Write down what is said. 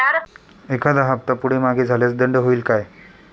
एखादा हफ्ता पुढे मागे झाल्यास दंड होईल काय?